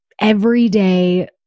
everyday